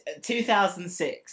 2006